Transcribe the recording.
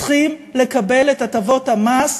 צריכים לקבל את הטבות המס.